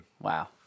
Wow